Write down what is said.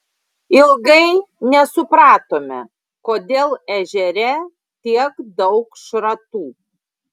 ilgai nesupratome kodėl ežere tiek daug šratų